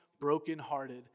broken-hearted